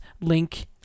link